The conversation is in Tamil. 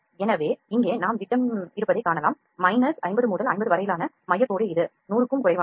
எனவே இங்கே நாம் விட்டம் இருப்பதைக் காணலாம் மைனஸ் 50 முதல் 50 வரையிலான மையக் கோடு இது 100 க்கும் குறைவானது